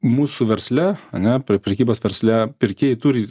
mūsų versle ane prekybos versle pirkėjai turi